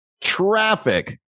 Traffic